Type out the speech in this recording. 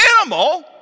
animal